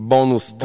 Bonus